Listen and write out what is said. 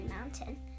mountain